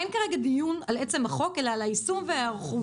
אין כאן דיון על עצם החוק אלא על היישום ועל ההיערכות.